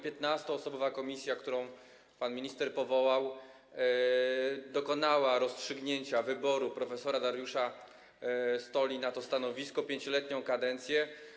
15-osobowa komisja, którą pan minister powołał, dokonała rozstrzygnięcia i wyboru prof. Dariusza Stoli na to stanowisko, na 5-letnią kadencję.